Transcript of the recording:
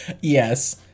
Yes